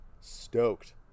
stoked